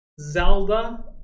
Zelda